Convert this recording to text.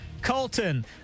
Colton